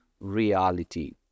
reality